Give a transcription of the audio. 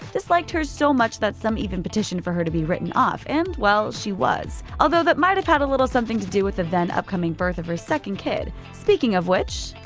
disliked her so much that some even petitioned for her to be written off, and, well, she was. although that might have had a little something to do with the then-upcoming birth of her second kid. speaking of which.